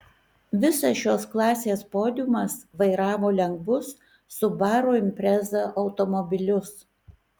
visas šios klasės podiumas vairavo lengvus subaru impreza automobilius